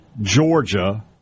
Georgia